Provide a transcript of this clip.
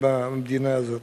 במדינה הזאת.